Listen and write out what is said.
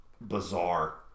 bizarre